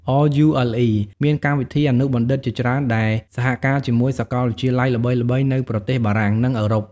RULE មានកម្មវិធីអនុបណ្ឌិតជាច្រើនដែលសហការជាមួយសាកលវិទ្យាល័យល្បីៗនៅប្រទេសបារាំង និងអឺរ៉ុប។